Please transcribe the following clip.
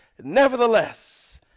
Nevertheless